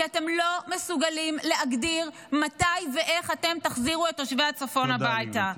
כי אתם לא מסוגלים להגדיר מתי ואיך אתם תחזירו את תושבי הצפון הביתה.